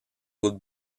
would